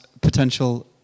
potential